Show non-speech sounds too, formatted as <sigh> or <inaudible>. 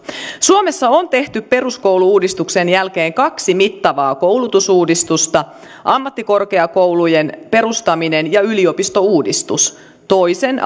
suomessa on tehty peruskoulu uudistuksen jälkeen kaksi mittavaa koulutusuudistusta ammattikorkeakoulujen perustaminen ja yliopistouudistus toisen <unintelligible>